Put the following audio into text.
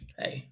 hey